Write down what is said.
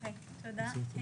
תודה.